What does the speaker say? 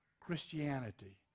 Christianity